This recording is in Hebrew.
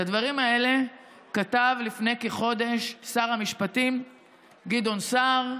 את הדברים האלה כתב לפני כחודש שר המשפטים גדעון סער.